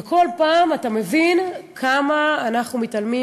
ובכל פעם אתה מבין כמה אנחנו מתעלמים